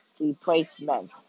replacement